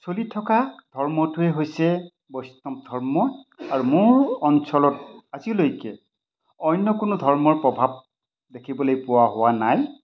চলি থকা ধৰ্মটোৱে হৈছে বৈষ্ণৱ ধৰ্ম আৰু মোৰ অঞ্চলত আজিলৈকে অন্য কোনো ধৰ্মৰ প্ৰভাৱ দেখিবলৈ পোৱা হোৱা নাই